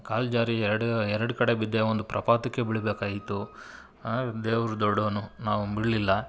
ಕಾಲು ಜಾರಿ ಎರಡು ಎರಡು ಕಡೆ ಬಿದ್ದೆ ಒಂದು ಪ್ರಪಾತಕ್ಕೆ ಬೀಳಬೇಕಾಯ್ತು ದೇವರು ದೊಡ್ಡವನು ನಾವು ಬೀಳಲಿಲ್ಲ